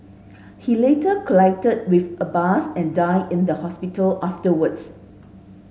he later collided with a bus and died in the hospital afterwards